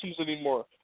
anymore